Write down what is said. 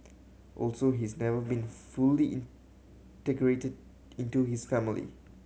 also he's never been fully integrated into his family